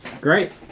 Great